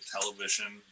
television